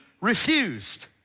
refused